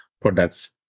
products